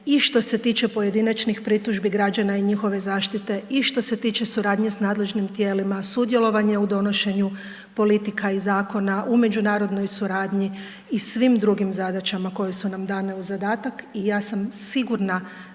i što se tiče pojedinačnih pritužbi građana i njihove zaštite i što se tiče suradnje s nadležnim tijelima, sudjelovanje u donošenju politika i zakona u međunarodnoj suradnji i svim drugim zadaćama koje su nam dane u zadatak i ja sam sigurna